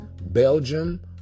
belgium